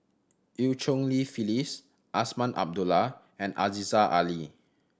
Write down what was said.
Eu Cheng Li Phyllis Azman Abdullah and Aziza Ali